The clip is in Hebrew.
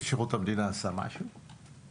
לא עמד בתנאי הסף והייתה שם פעילות בעצם למנות אותו לתפקיד